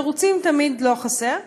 תירוצים תמיד לא חסר.